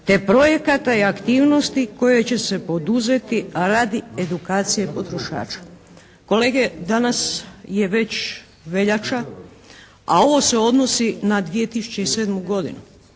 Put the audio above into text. te projekata i aktivnosti koje će se poduzeti a radi edukacije potrošača. Kolege danas je već veljača a ovo se odnosi na 2007. godinu.